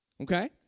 Okay